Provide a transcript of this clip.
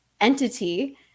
entity